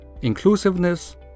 inclusiveness